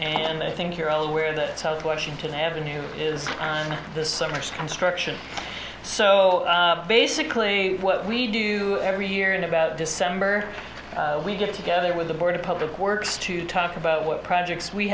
and i think you're aware that south washington avenue is on this summer's construction so basically what we do every year in about december we get together with the board of public works to talk about what projects we